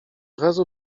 razu